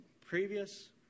previous